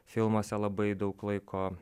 filmuose labai daug laiko